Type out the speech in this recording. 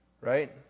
right